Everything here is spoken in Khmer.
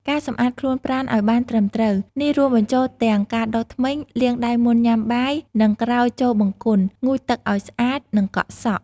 ការសម្អាតខ្លួនប្រាណឲ្យបានត្រឹមត្រូវ នេះរួមបញ្ចូលទាំងការដុសធ្មេញ លាងដៃមុនញ៉ាំបាយ និងក្រោយចូលបង្គន់ ងូតទឹកឱ្យស្អាត និងកក់សក់។